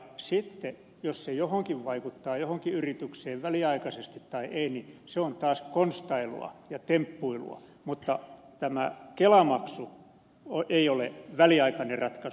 sitten jos se johonkin yritykseen vaikuttaa väliaikaisesti tai ei niin se on taas konstailua ja temppuilua mutta tämä kelamaksu ei ole väliaikainen ratkaisu